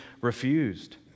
refused